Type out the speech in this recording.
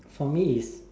for me is